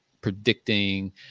predicting